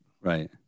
right